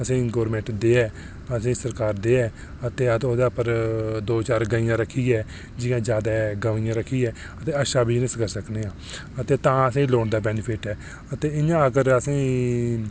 असें ई गौरमैंट देऐ असें ई सरकार देऐ अते अस ओह्दे उप्पर दो चार गाइयां रक्खियै जां जैदा गाइयां रक्खियै अते अच्छा बिजनस करी सकने आं दुद्ध अते तां असें ई लोन दा बैनिफिट ऐ अते इ'यां अगर असें ई